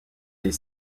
des